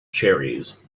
cherries